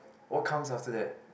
what comes after that